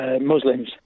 Muslims